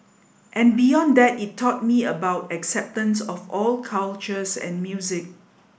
and beyond that it taught me about acceptance of all cultures and music